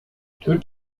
türk